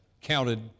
counted